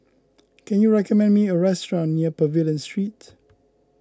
can you recommend me a restaurant near Pavilion Street